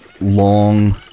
long